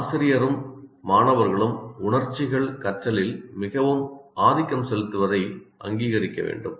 ஆசிரியரும் மாணவர்களும் உணர்ச்சிகள் கற்றலில் மிகவும் ஆதிக்கம் செலுத்துவதை அங்கீகரிக்க வேண்டும்